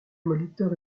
molitor